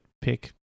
pick